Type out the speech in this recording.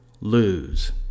lose